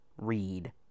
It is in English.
read